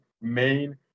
main